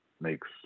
makes